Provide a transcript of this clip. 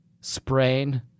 sprain